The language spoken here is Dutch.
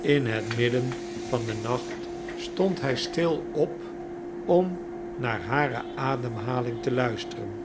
in het midden van den nacht stond hij stil op om naar hare ademhaling te luisteren